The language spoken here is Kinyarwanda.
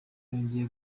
yongeye